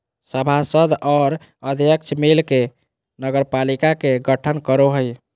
सभासद और अध्यक्ष मिल के नगरपालिका के गठन करो हइ